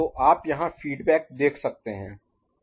तो आप यहाँ फीडबैक देख सकते हैं